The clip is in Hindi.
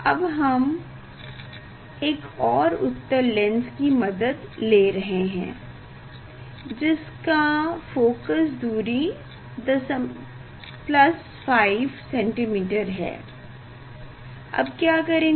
अब हम एक और उत्तल लेंस की मदद ले रहे हैं जिसका फोकस दूरी 5cm है अब क्या करेंगे